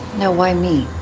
now why me?